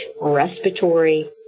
respiratory